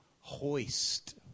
hoist